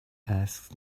asked